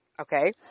Okay